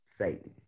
Satan